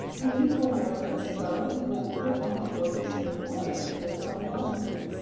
who needed a lawyer, so he went to a homophobic straight lawyer, denzel washington.